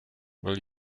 will